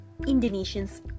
Indonesians